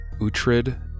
Utrid